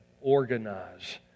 organize